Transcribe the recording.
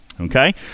Okay